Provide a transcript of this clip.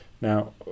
Now